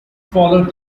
followed